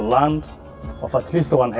lines but here's the one